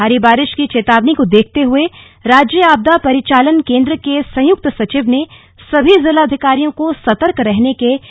भारी बारिश की चेतावनी को देखते हुए राज्य आपदा परिचालन केन्द्र के संयुक्त सचिव ने सभी जिलाधिकारियों को सर्तक रहने के निर्देश दिए हैं